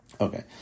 Okay